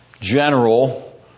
general